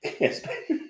Yes